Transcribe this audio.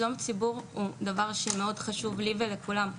שלום ציבור הוא דבר שמאוד חשוב לי ולכולם,